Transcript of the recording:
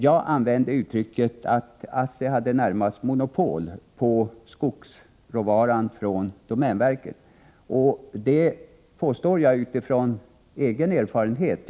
Jag använde uttrycket att ASSI närmast har monopol på skogsråvaran från domänverket, och det påståendet gör jag utifrån egen erfarenhet.